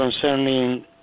concerning